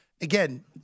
Again